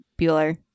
Bueller